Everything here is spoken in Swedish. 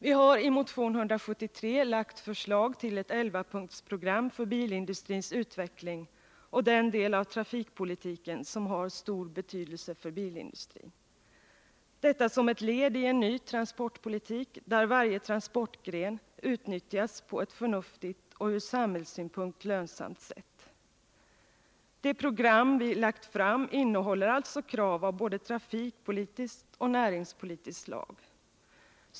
Vi har i motion 173 lagt förslag till ett elvapunktersprogram för bilindustrins utveckling och den del av trafikpolitiken som har stor betydelse för bilindustrin — detta som ett led i en ny transportpolitik, där varje transportgren utnyttjas på ett förnuftigt och från samhällssynpunkt lönsamt sätt. Det program vi lagt fram innehåller alltså krav av både trafikpolitiskt och näringspolitiskt slag.